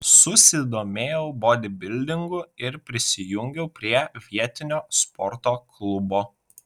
susidomėjau bodybildingu ir prisijungiau prie vietinio sporto klubo